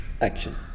Action